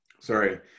Sorry